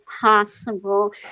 possible